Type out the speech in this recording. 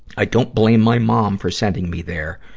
i don't blame my mom for sending me there.